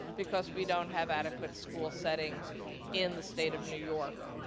because we don't have adequate school settings in the state of new york.